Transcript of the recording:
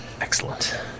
Excellent